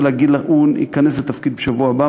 הוא ייכנס לתפקיד בשבוע הבא.